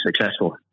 successful